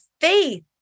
faith